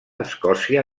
escòcia